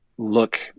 look